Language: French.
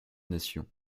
nations